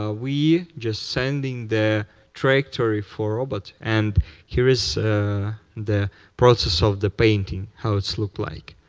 ah we just sending the trajectory for robot and here is the process of the painting, how it looks like.